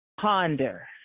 Ponder